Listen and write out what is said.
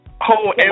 whole